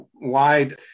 wide